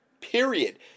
Period